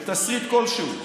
בתסריט כלשהו,